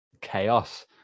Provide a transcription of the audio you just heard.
chaos